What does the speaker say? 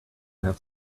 have